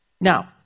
Now